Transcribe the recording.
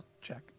check